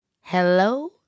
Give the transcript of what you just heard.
hello